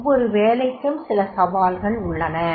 ஒவ்வொரு வேலைக்கும் சில சவால்கள் உள்ளன